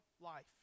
life